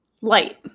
light